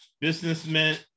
Businessmen